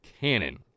cannon